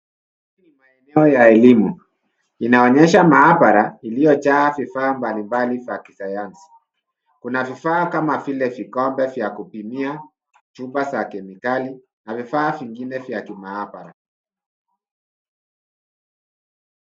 Hii ni maeneo ya elimu. Inaonyesha maabara iliyojaa vifaa mbali mbali vya kisayansi. Kuna vifaa kama vile vikombe, vya kupimia chupa za kemikali na vifaa vingine vya kimaabara.